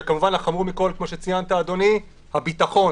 כמובן החמור מכל, כמו שציינת אדוני, הביטחון.